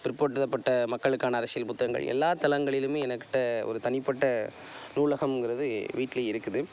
பிற்படுத்தப்பட்ட மக்களுக்கான அரசியல் புத்தகங்கள் எல்லா தளங்களிலியுமே எனக்கிட்ட ஒரு தனிப்பட்ட நூலகம்ன்கிறது வீட்டிலியும் இருக்குது